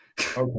Okay